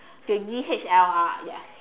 the D_S_L_R yes